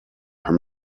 her